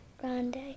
Grande